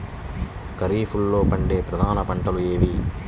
ఖరీఫ్లో పండే ప్రధాన పంటలు ఏవి?